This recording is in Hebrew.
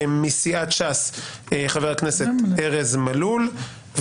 מסיעת ש"ס חבר הכנסת ארז מלול,